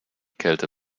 kälte